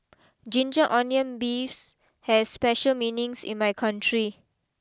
Ginger Onions Beef has special meanings in my country